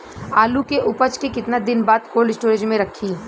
आलू के उपज के कितना दिन बाद कोल्ड स्टोरेज मे रखी?